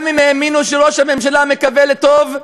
גם אם האמינו שראש הממשלה מקווה לטוב,